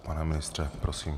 Pane ministře, prosím.